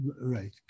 Right